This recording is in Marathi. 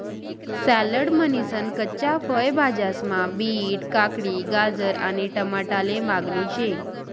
सॅलड म्हनीसन कच्च्या फय भाज्यास्मा बीट, काकडी, गाजर आणि टमाटाले मागणी शे